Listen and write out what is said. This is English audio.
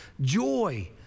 joy